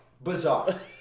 bizarre